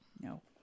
No